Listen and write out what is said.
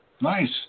Nice